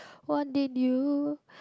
what did you